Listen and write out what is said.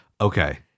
Okay